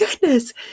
goodness